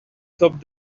topped